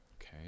okay